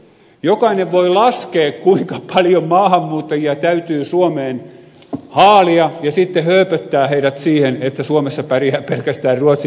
jokainen voi laskea kuinka paljon maahanmuuttajia täytyy suomeen haalia ja sitten hööpöttää heidät siihen että suomessa pärjää pelkästään ruotsin kielelläkin